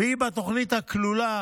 והיא בתוכנית הכלולה